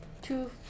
two